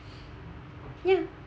ya